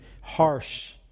harsh